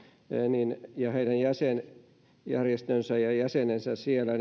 ja heidän jäsenjärjestönsä ja jäsenensä siellä